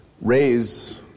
raise